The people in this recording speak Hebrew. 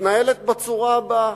מתנהלת בצורה הבאה: